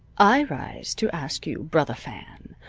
i rise to ask you brothah fan,